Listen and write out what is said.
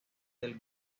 del